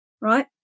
right